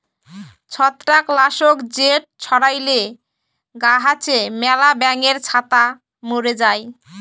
ছত্রাক লাসক যেট ছড়াইলে গাহাচে ম্যালা ব্যাঙের ছাতা ম্যরে যায়